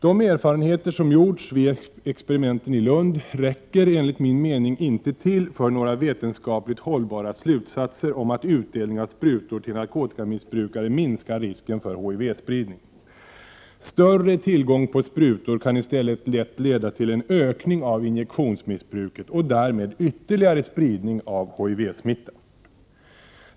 De erfarenheter som gjorts vid experimenten i Lund räcker enligt min mening inte till för några vetenskapligt hållbara slutsatser om att utdelning av sprutor till narkotikamissbrukare minskar risken för HIV-spridning. Större tillgång på sprutor kan i stället lätt leda till en ökning av injektionsmissbruket och därmed ytterligare spridning av HIV-smitta.